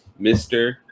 Mr